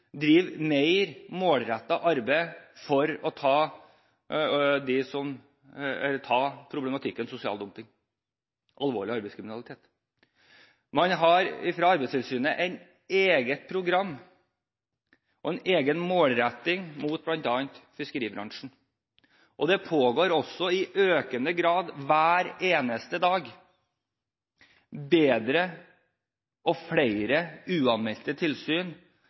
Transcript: drive mer målrettet arbeid for å ta problematikken med sosial dumping og alvorlig arbeidskriminalitet. Arbeidstilsynet har et eget program og en egen målretting mot bl.a. fiskeribransjen, og det pågår også i økende grad, hver eneste dag, bedre og flere uanmeldte tilsyn